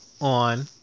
on